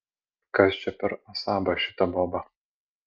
kas čia per asaba šita boba